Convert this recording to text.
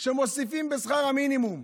שמוסיפים בשכר המינימום.